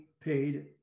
paid